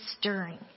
stirring